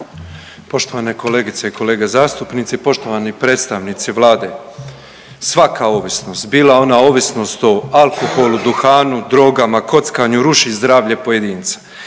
Poštovane kolegice i kolege zastupnici, poštovani predstavnici Vlade. Svaka ovisnost bila ona ovisnost o alkoholu, duhanu, drogama, kockanju ruši zdravlje pojedinca